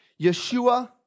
Yeshua